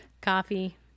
Coffee